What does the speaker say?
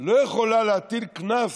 לא יכולה להטיל קנס